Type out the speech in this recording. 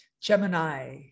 Gemini